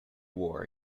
war